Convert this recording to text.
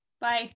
Bye